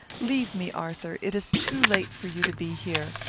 leave me, arthur. it is too late for you to be here.